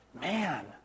Man